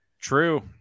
True